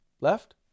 Left